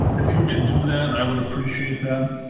if you could do that, i would appreciate that.